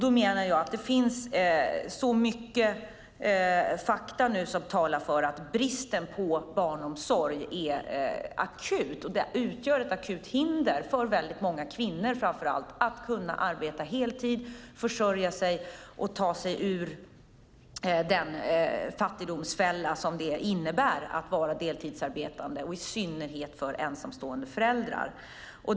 Då menar jag att nu finns det så mycket fakta som talar för att bristen på barnomsorg är akut och utgör ett akut hinder för framför allt många kvinnor att kunna arbeta heltid, försörja sig och ta sig ur den fattigdomsfälla som det innebär att vara deltidsarbetande, i synnerhet för ensamstående föräldrar.